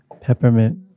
Peppermint